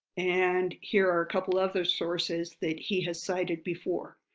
and here are a couple other sources that he has cited before.